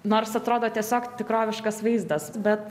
nors atrodo tiesiog tikroviškas vaizdas bet